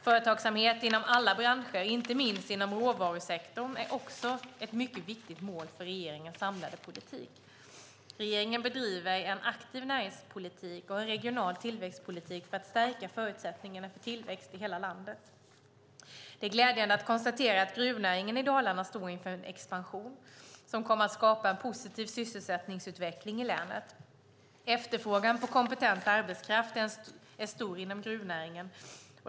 Företagsamhet inom alla branscher, inte minst inom råvarusektorn, är också ett mycket viktigt mål för regeringens samlade politik. Regeringen bedriver en aktiv näringspolitik och en regional tillväxtpolitik för att stärka förutsättningarna för tillväxt i hela landet. Det är glädjande att konstatera att gruvnäringen i Dalarna står inför en expansion som kommer att skapa en positiv sysselsättningsutveckling i länet. Efterfrågan på kompetent arbetskraft är stor inom gruvnäringen.